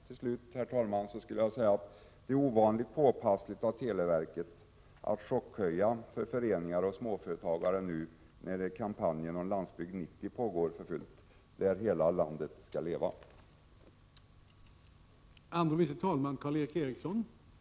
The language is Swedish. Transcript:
Till slut, herr talman, vill jag säga att det är ovanligt påpassligt av televerket att chockhöja avgifterna för föreningar och småföretagare nu när kampanjen Landsbygd 90, enligt vilken ”Hela Sverige ska leva”, pågår för fullt.